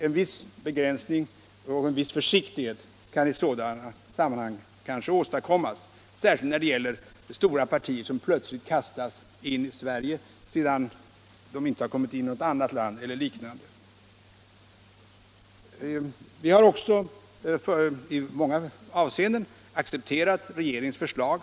En viss begränsning och en viss försiktighet kan i sådana sammanhang kanske åstadkommas, särskilt när det gäller stora partier som plötsligt kastas in i Sverige sedan de inte har kommit in i något annat land. I många avseenden har vi också accepterat regeringens förslag.